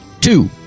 two